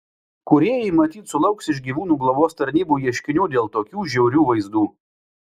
kūrėjai matyt sulauks iš gyvūnų globos tarnybų ieškinių dėl tokių žiaurių vaizdų